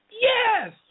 Yes